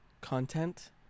content